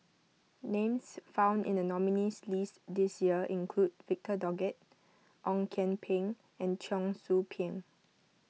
names found in the nominees' list this year include Victor Doggett Ong Kian Peng and Cheong Soo Pieng